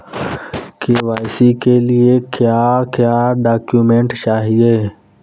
KYC के लिए क्या क्या डॉक्यूमेंट चाहिए?